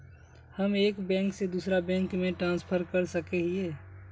हम एक बैंक से दूसरा बैंक में ट्रांसफर कर सके हिये?